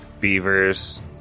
Beavers